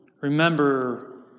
remember